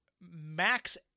max